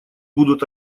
будут